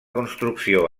construcció